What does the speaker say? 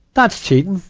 that's cheating.